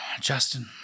justin